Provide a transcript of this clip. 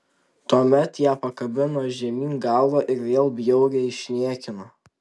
tuomet ją pakabino žemyn galva ir vėl bjauriai išniekino